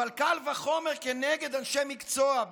אבל קל וחומר כנגד אנשי מקצוע,